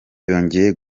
yongeye